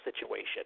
situation